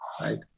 right